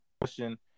question